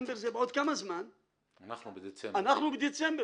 אנחנו בדצמבר.